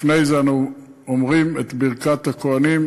לפני זה אנו אומרים את ברכת הכוהנים,